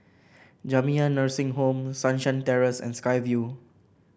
Jamiyah Nursing Home Sunshine Terrace and Sky Vue